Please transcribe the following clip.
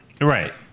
Right